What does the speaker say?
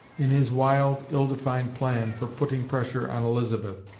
in his wild, ill-defined plan for putting pressure on elizabeth.